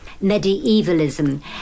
medievalism